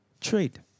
Trade